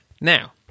Now